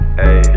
hey